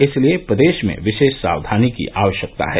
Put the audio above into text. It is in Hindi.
इसलिए प्रदेश में विशेष सावधानी की आवश्यकता है